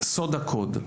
סוד הקוד,